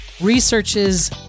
researches